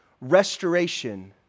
restoration